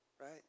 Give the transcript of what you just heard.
right